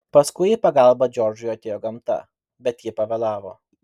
paskui į pagalbą džordžui atėjo gamta bet ji pavėlavo